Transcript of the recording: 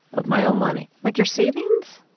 of my own money like, your savings?